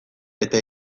eta